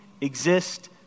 exist